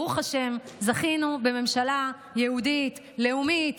ברוך השם, זכינו בממשלה יהודית לאומית